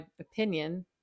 opinion